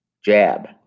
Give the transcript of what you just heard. jab